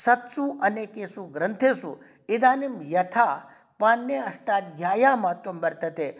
सत्सु अनेकषु ग्रन्थेषु इदानीं यथा पाणिनीय अष्टाध्याय्याः महत्त्वं वर्तते